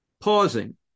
pausing